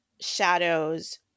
shadows